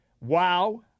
Wow